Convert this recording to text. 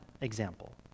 example